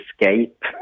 escape